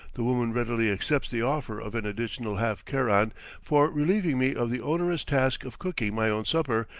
the woman readily accepts the offer of an additional half keran for relieving me of the onerous task of cooking my own supper,